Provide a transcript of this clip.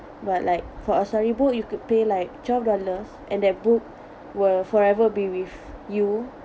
but like for a storybook you could pay like twelve dollars and that book will forever be with you